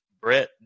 Brett